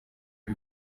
ari